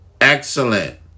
excellent